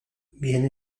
vieni